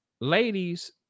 Ladies